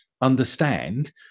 understand